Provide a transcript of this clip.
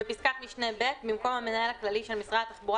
(ב) בפסקת משנה (ב) במקום "המנהל הכללי של משרד התחבורה